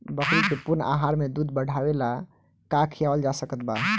बकरी के पूर्ण आहार में दूध बढ़ावेला का खिआवल जा सकत बा?